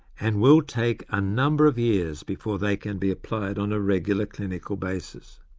and will take a number of years before they can be applied on a regular clinical basis.